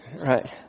Right